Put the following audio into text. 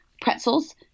pretzels